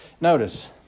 Notice